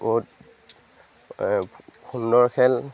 বহুত সুন্দৰ খেল